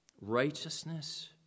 righteousness